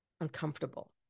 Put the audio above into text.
uncomfortable